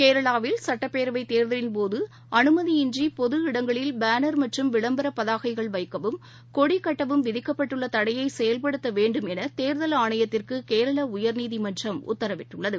கேரளாவில் சட்டப்பேரவைத் தேர்தலின் போது அனுமதியின்றிபொது இடங்களில் பேனர் மற்றும் வைக்கவும் கொடிகட்டவும் விதிக்கப்பட்டுள்ளதடையைசெயல்படுத்தவேண்டும் விளம்பரபதாகைகள் எனதேர்தல் ஆணையத்திற்குகேரளாஉயர்நீதிமன்றம் உத்தரவிட்டுள்ளது